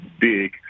big